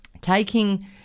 taking